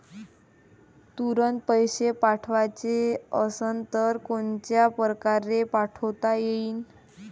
तुरंत पैसे पाठवाचे असन तर कोनच्या परकारे पाठोता येईन?